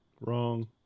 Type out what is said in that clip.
Wrong